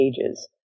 pages